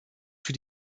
für